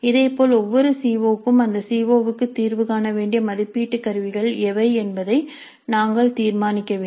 இதேபோல் ஒவ்வொரு C O க்கும் அந்த சி ஓ க்கு தீர்வு காண வேண்டிய மதிப்பீட்டு கருவிகள் எவை என்பதை நாங்கள் தீர்மானிக்க வேண்டும்